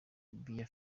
beer